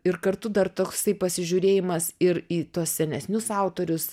ir kartu dar toksai pasižiūrėjimas ir į tuos senesnius autorius